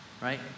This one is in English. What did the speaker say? right